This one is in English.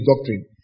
doctrine